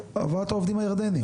הבאת העובדים הירדניים.